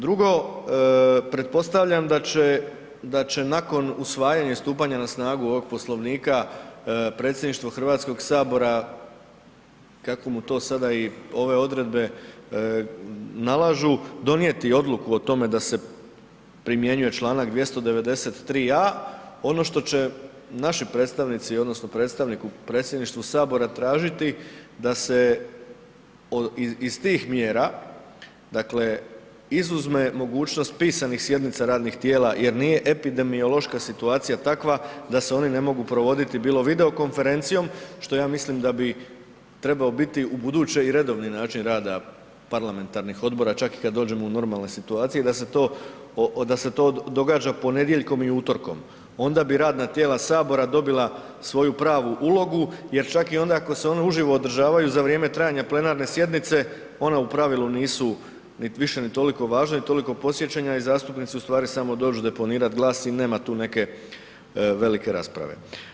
Drugo, pretpostavljam da će nakon usvajanja i stupanja na snagu ovog Poslovnika predsjedništvo HS-a, kako mu to sada i ove odredbe nalažu, donijeti odluku o tome da se primjenjuje čl. 293.a. Ono što će naši predstavnici odnosno predstavnik u predsjedništvu Sabora tražiti da se iz tih mjera, dakle izuzme mogućnost pisanih sjednica radnih tijela jer nije epidemiološka situacija takva da se one ne mogu provoditi, bilo video-konferencijom, što ja mislim da bi trebao biti ubuduće i redovni način rada parlamentarnih odbora, čak i kad dođemo u normalne situacije da se to događa ponedjeljkom i utorkom, onda bi radna tijela Sabora dobila svoju pravu ulogu jer čak i onda, ako se one uživo održavaju za vrijeme trajanja plenarne sjednice, one u pravilu nisu niti više ni toliko važne ni toliko posjećene i zastupnici ustvari samo dođu deponirati glas i nema tu neke velike rasprave.